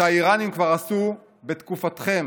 שאיראנים כבר עשו בתקופתכם,